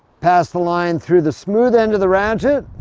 pass the line through the smooth end of the ratchet